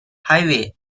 highway